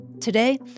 Today